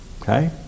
okay